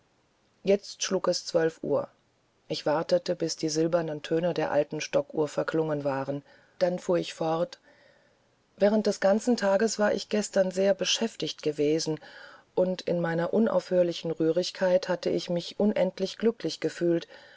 jetzt schlug es zwölf uhr ich wartete bis die silbernen töne der alten stockuhr verklungen waren dann fuhr ich fort während des ganzen tages war ich gestern sehr beschäftigt gewesen und in meiner unaufhörlichen rührigkeit hatte ich mich unendlich glücklich gefühlt